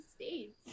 states